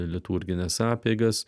liturgines apeigas